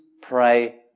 pray